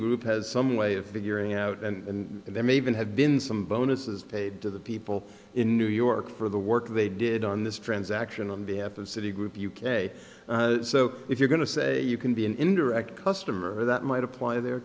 group has some way of figuring out and there may have been have been some bonuses paid to the people in new york for the work they did on this transaction on behalf of citi group u k so if you're going to say you can be an indirect customer that might apply there